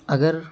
اگر